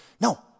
No